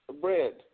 Bread